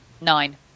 Nine